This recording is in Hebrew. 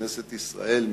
כנסת ישראל,